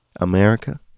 America